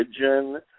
religion